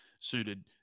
suited